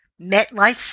MetLife